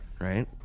right